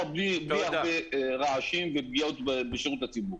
בלי הרבה רעשים ופגיעות בשירות לציבור.